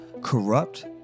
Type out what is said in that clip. corrupt